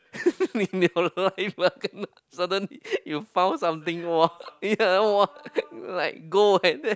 in your life ah kena suddenly you found something !wah! yeah !wah! like gold like that